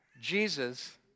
Jesus